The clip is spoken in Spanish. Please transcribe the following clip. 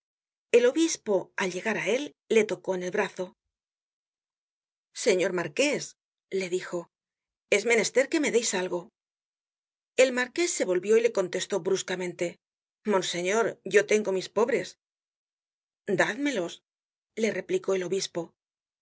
el obispo al llegar á él le tocó en el brazo señor marqués le dijo es menester que me deis algo el marqués se volvió y le contestó bruscamente monse ñor yo tengo mis pobres dádmelos le replicó el obispo